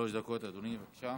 עד שלוש דקות, אדוני, בבקשה.